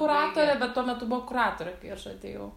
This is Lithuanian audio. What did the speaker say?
kuratorė bet tuo metu buvo kuratorė kai aš atėjau